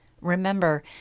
Remember